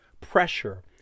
pressure